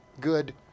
good